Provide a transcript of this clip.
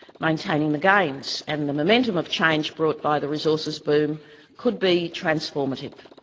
maintaining the gains, and the momentum of change brought by the resources boom could be transformative.